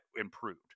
improved